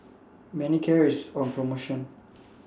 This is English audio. Manicare IS on promotion